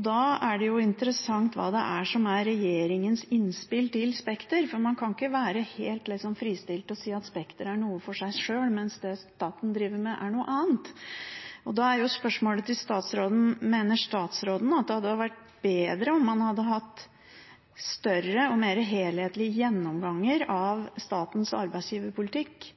Da er det interessant hva som er regjeringens innspill til Spekter, for man kan ikke være helt fristilt og si at Spekter er noe for seg sjøl, mens det staten driver med, er noe annet. Spørsmålet til statsråden er: Mener statsråden at det hadde vært bedre om man hadde hatt større og mer helhetlige gjennomganger av statens arbeidsgiverpolitikk